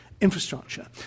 Infrastructure